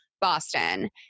Boston